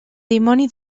dimoni